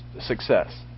success